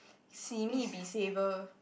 simi be saver